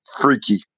freaky